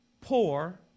poor